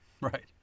Right